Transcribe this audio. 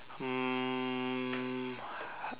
um